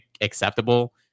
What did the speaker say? acceptable